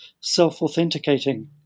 self-authenticating